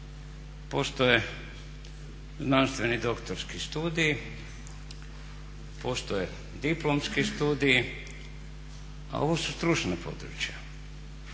postoje znanstveni doktorski studiji, postoje diplomski studiji a ovo su stručna područja.